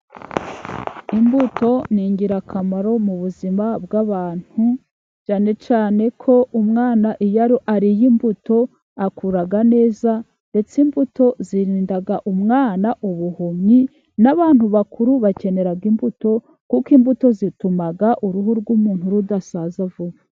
Imbuto ni ingirakamaro mu buzima bw'abantu cyane cyane ko umwana iyo imimbuto akura neza. Ndetse imbuto zirinda umwana ubuhumyi , n'abantu bakuru bakenera imbuto kuko imbuto zituma uruhu rw'umuntu rudasaza vuba.